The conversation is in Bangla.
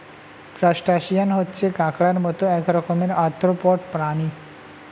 ক্রাস্টাসিয়ান হচ্ছে কাঁকড়ার মত এক রকমের আর্থ্রোপড প্রাণী